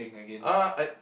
uh I